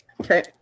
Okay